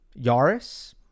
Yaris